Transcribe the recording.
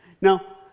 Now